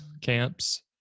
camps